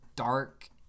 Dark